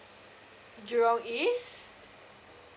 jurong east